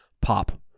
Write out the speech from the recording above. pop